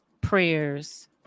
prayers